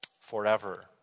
forever